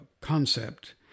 concept